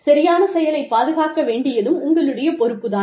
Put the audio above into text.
சரியான செயலை பாதுகாக்க வேண்டியதும் உங்களுடைய பொறுப்பு தான்